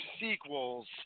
sequels